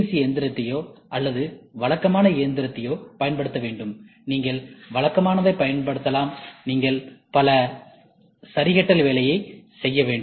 C இயந்திரத்தையோ அல்லது வழக்கமான இயந்திரத்தையோ பயன்படுத்த வேண்டும் நீங்கள் வழக்கமானதைப் பயன்படுத்தலாம் நீங்கள் பல சரிக்கட்டல் வேலையை செய்ய வேண்டும்